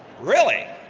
really?